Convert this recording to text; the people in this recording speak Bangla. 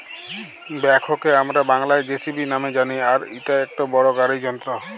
ব্যাকহোকে হামরা বাংলায় যেসিবি নামে জানি আর ইটা একটো বড় গাড়ি যন্ত্র